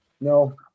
No